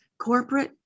corporate